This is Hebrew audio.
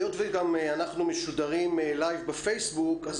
היות שגם אנחנו משודרים ב- Lifeבפייסבוק אז